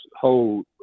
whole